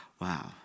Wow